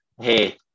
hey